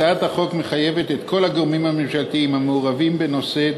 הצעת החוק מחייבת את כל הגורמים הממשלתיים המעורבים בנושא,